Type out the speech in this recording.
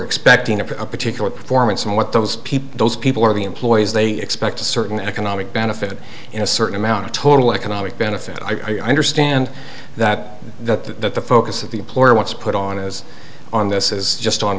expecting a particular performance and what those people those people are the employees they expect a certain economic benefit in a certain amount of total economic benefit i stand that that the focus of the employer wants put on is on this is just on